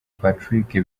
patrick